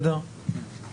אני